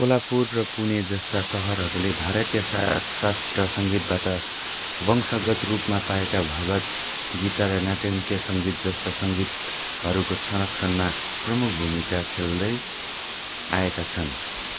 कोल्हापुर र पुणेजस्ता सहरहरूले भारतीय शा शास्त्रीय सङ्गीतबाट वंशगत रूपमा पाएका भागवत् गीता र नाट्यङ्कीय सङ्गीतजस्ता सङ्गीतहरूको संरक्षणमा प्रमुख भूमिका खेल्दै आएका छन्